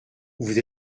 vous